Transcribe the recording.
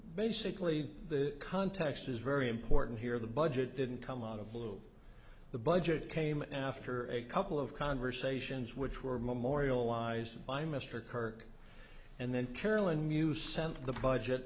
basically the context is very important here the budget didn't come out of the budget came after a couple of conversations which were memorialized by mr kirk and then carolyn you sent the budget